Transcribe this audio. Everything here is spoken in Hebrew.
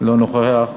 לא נוכח.